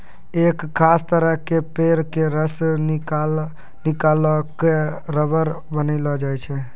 एक खास तरह के पेड़ के रस निकालिकॅ रबर बनैलो जाय छै